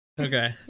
Okay